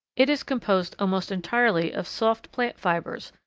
it is composed almost entirely of soft plant fibres,